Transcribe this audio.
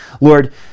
Lord